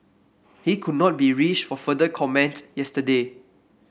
he could not be reached for further comment yesterday